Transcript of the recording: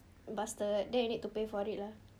bastard then you need to pay for it lah